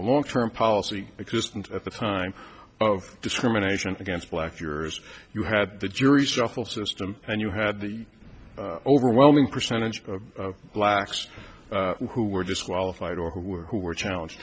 a long term policy existence at the time of discrimination against black yours you had the jury shuffle system and you had the overwhelming percentage of blacks who were disqualified or who were who were challenged